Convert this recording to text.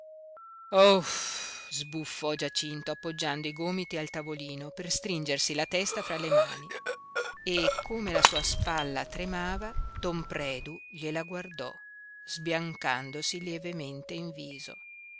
ohuff sbuffò giacinto appoggiando i gomiti al tavolino per stringersi la testa fra le mani e come la sua spalla tremava don predu gliela guardò sbiancandosi lievemente in viso